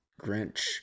Grinch